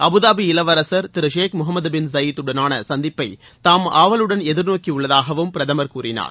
Abu Dhabi இளவரசர் திரு Sheikh Mohammed bin சயீதுவுடனான சந்திப்பை தாம் ஆவலுடன் எதிர்நோக்கியுள்ளதாகவும் பிரதமர் கூறினார்